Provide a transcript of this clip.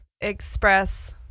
express